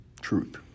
Truth